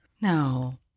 No